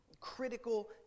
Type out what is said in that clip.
critical